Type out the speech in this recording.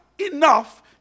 enough